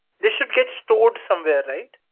this should get stored somewhere, right?